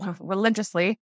religiously